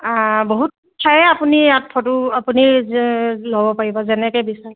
বহুত ঠায়ে আপুনি ইয়াত ফটো আপুনি ল'ব পাৰিব যেনেকৈ বিচাৰে